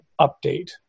update